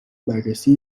بررسی